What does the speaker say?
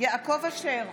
יעקב אשר,